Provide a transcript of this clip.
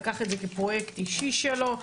לקח את זה כפרויקט אישי שלו.